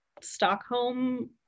Stockholm